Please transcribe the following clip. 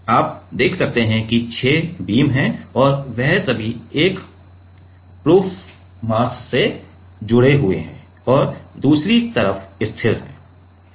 आप देख सकते हैं कि 6 बीम हैं और वे सभी एक तरफ प्रूफ मास से जुड़े हुए हैं और दूसरी तरफ स्थिर है